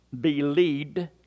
believed